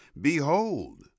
behold